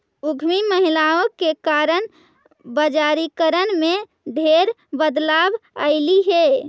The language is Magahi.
उद्यमी महिलाओं के कारण बजारिकरण में ढेर बदलाव अयलई हे